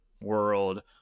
world